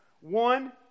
One